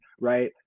right